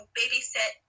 babysit